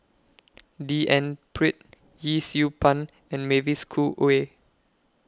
D N Pritt Yee Siew Pun and Mavis Khoo Oei